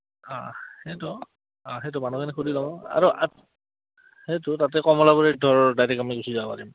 সেইটো অঁ সেইটো মানুহজনীক সুধি লওঁ আৰু সেইটো তাতে কমলাবাৰীত ধৰ ডাইৰেক্ট আমি গুচি যাব পাৰিম